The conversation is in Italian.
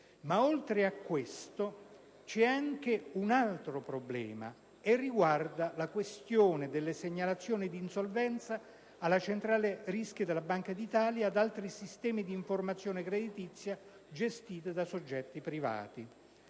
ed il Governo. Vi è anche un altro problema, che riguarda le segnalazioni di insolvenza alla Centrale rischi della Banca d'Italia e ad altri sistemi di informazioni creditizie gestite da soggetti privati.